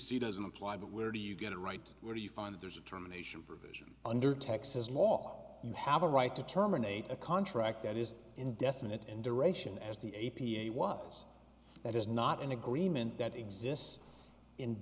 c doesn't apply but where do you get it right where you find there's a terminations provision under texas law you have a right to terminate a contract that is indefinite and duration as the a p a was that is not an agreement that exists in